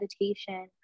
meditation